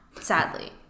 sadly